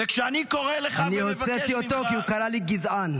וכשאני קורא לך --- אני הוצאתי אותו כי הוא קרא לי גזען.